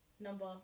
number